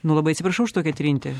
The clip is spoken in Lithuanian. nu labai atsiprašau už tokią trintį